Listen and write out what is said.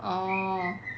orh